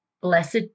Blessed